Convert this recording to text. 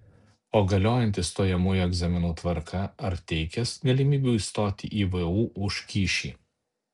o galiojanti stojamųjų egzaminų tvarka ar teikia galimybių įstoti į vu už kyšį